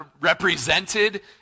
represented